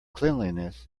cleanliness